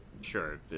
sure